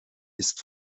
ist